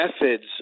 methods